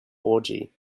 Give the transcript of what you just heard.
orgy